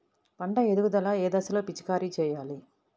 పంట ఎదుగుదల ఏ దశలో పిచికారీ చేయాలి?